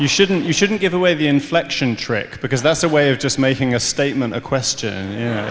you shouldn't you shouldn't give away the inflection trick because that's a way of just making a statement a question yeah